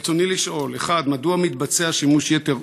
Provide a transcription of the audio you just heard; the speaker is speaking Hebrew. רצוני לשאול: 1. מדוע נעשה שימוש יתר,